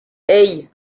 hey